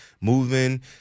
moving